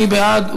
מי בעד?